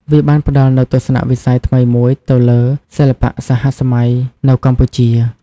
វាបានផ្តល់នូវទស្សនៈវិស័យថ្មីមួយទៅលើសិល្បៈសហសម័យនៅកម្ពុជា។